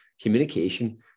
communication